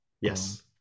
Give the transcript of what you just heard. Yes